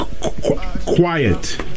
Quiet